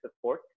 support